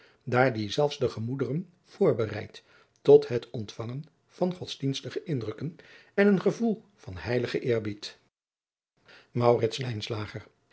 daar die zelfs de gemoederen voorbereidt tot het ontvangen van godsdienstige indrukken en een gevoel van heiligen eerbied